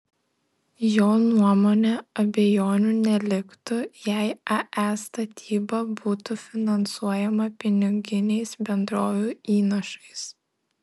jo nuomone abejonių neliktų jei ae statyba būtų finansuojama piniginiais bendrovių įnašais